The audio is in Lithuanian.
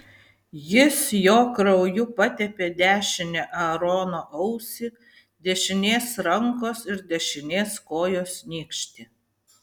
jis jo krauju patepė dešinę aarono ausį dešinės rankos ir dešinės kojos nykštį